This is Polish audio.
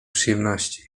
przyjemności